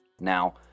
Now